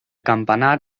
campanar